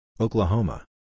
Oklahoma